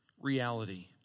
reality